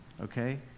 Okay